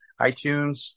iTunes